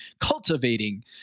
cultivating